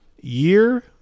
year